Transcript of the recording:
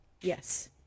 yes